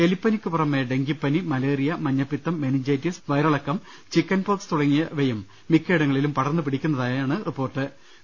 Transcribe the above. എലിപ്പ നിക്കു പുറമെ ഡെങ്കിപ്പനി മലേറിയ മഞ്ഞപ്പിത്തം മെനിഞ്ചൈറ്റിസ് വയറിളക്കം ചിക്കൻപോക്സ് തുടങ്ങിയവയും മിക്കയിടങ്ങളിലും പടർന്നുപിട്ടിക്കുന്നതായി റിപ്പോർട്ടുണ്ട്